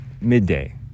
midday